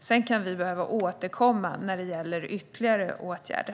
Sedan kan vi behöva återkomma när det gäller ytterligare åtgärder.